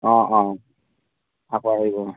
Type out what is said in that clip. অঁ অঁ আকৌ আহিব